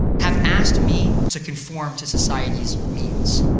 have asked me to conform to society's means.